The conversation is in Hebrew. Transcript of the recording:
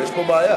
יש פה בעיה.